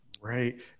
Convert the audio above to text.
Right